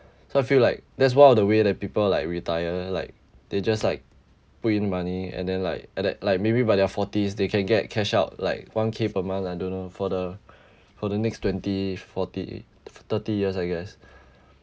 so I feel like that's one of the way that people like retire like they just like put in money and then like at the like maybe by their forties they can get cash out like one K per month lah don't know for the for the next twenty forty thirty years I guess